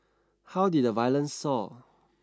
how did the violence soar